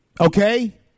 Okay